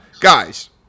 Guys